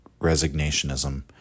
resignationism